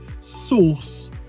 source